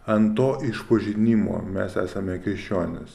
ant to išpažinimo mes esame krikščionys